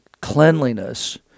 cleanliness